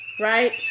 right